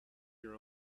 your